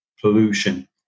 pollution